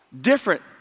different